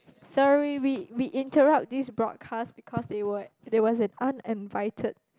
sorry we we interrupt this broadcast because they were there was an uninvited